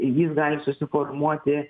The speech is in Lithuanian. jis gali susiformuoti